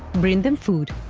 bring them food